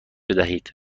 بدهید